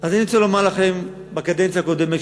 אני רוצה לומר לכם שבקדנציה הקודמת,